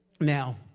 Now